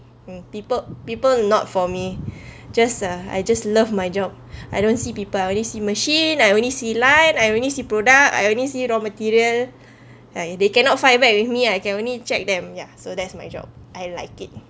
um people people not for me just uh I just love my job I don't see people I only see machine I only see line I only see product I only see raw material like they cannot fight back with me I can only check them ya so that's my job I like it